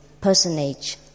personage